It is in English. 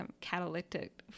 catalytic